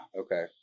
Okay